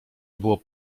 było